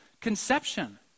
conception